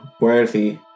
worthy